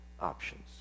options